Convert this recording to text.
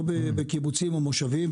לא בקיבוצים או במושבים.